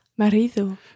Marido